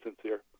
sincere